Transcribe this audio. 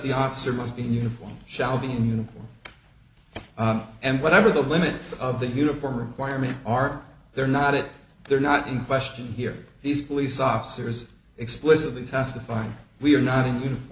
the officer must be in uniform shall be in uniform and whatever the limits of the uniform requirement are they're not it they're not in question here these police officers explicitly testified we are not in uniform